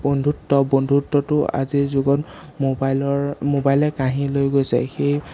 বন্ধুত্ব বন্ধুত্বটো আজিৰ যুগত মোবাইলৰ মোবাইলে কাঢ়ি লৈ গৈছে সেই